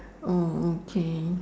oh okay